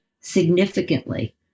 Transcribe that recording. significantly